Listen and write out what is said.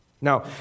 Now